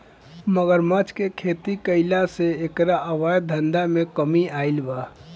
मगरमच्छ के खेती कईला से एकरा अवैध धंधा में कमी आईल बा